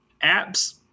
App's